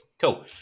Cool